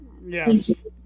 Yes